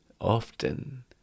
Often